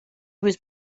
was